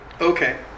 Okay